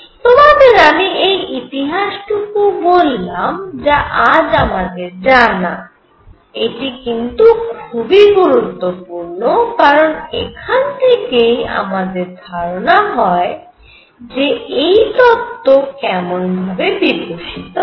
তোমাদের আমি এই ইতিহাসটুকু বললাম যা আজ আমাদের জানা এটি জানা খুবই গুরুত্বপূর্ণ কারণ এখান থেকেই আমাদের ধারণা হয় যে এই তত্ত্ব কেমন ভাবে বিকশিত হয়েছে